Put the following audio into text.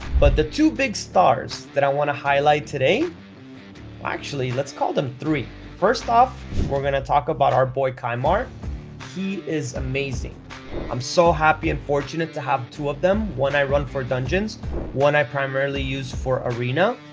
but the two big stars that i want to highlight today actually, let's call them three first, off we're going to talk about our boy kymar he is amazing i'm so happy and fortunate to have two of them. one i run for dungeons one i primarily use for arena.